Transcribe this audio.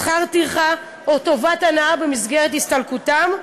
שכר טרחה או טובת הנאה במסגרת הסתלקותם,